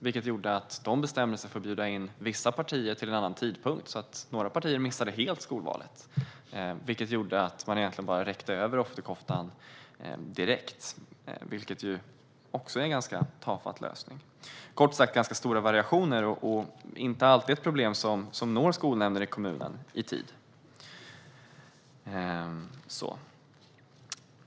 Elevföreningen bestämde sig för att bjuda in vissa partier till en annan tidpunkt, så att de missade skolvalet helt, vilket gjorde att man bara räckte över offerkoftan direkt. Det är också en ganska tafatt lösning. Det finns kort sagt ganska stora variationer, och det är inte alltid som problemen når skolnämnden i kommunen i tid.